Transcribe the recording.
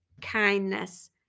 kindness